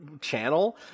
channel